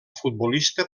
futbolista